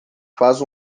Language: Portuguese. faz